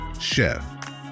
chef